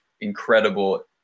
incredible